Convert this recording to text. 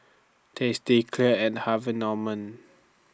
tasty Clear and Harvey Norman